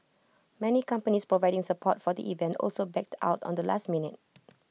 many companies providing support for the event also backed out on the last minute